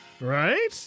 Right